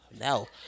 no